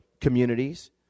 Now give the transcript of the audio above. communities